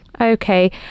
Okay